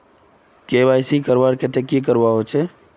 KYC करवार केते की करवा होचए?